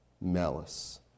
malice